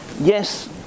Yes